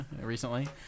recently